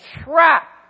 trap